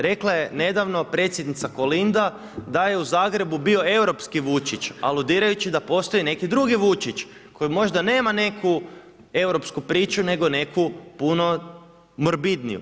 Rekla je nedavno Predsjednica Kolinda da je u Zagrebu bio europski Vučić aludirajući da postoji neki drugi Vučić koji možda nema neku europsku priču nego neku puno morbidniju.